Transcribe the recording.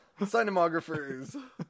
Cinematographers